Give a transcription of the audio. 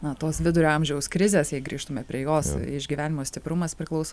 na tos vidurio amžiaus krizės jei grįžtume prie jos išgyvenimo stiprumas priklauso